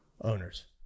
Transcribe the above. owners